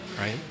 right